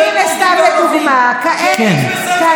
והינה, סתם לדוגמה, כעת,